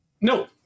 No